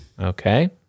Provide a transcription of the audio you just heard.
Okay